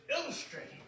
illustrating